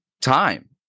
time